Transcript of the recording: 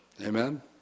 amen